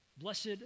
Blessed